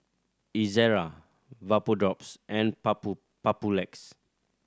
Ezerra Vapodrops and Papulex